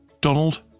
Donald